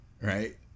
right